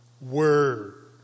word